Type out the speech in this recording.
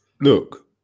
Look